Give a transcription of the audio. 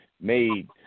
made